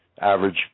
average